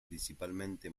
principalmente